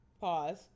pause